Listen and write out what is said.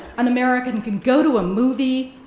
an american can go to a movie,